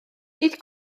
nid